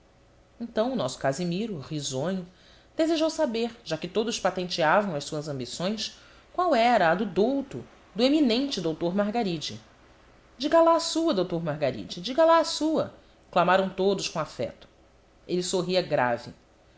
então o nosso casimiro risonho desejou saber já que todos patenteavam as suas ambições qual era a do douto do eminente doutor margaride diga lá a sua doutor margaride diga lá a sua clamaram todos com afeto ele sorria grave